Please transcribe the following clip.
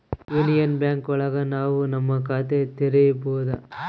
union Bank ಒಳಗ ನಾವ್ ನಮ್ ಖಾತೆ ತೆರಿಬೋದು